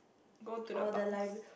go to the pubs